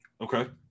Okay